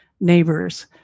neighbors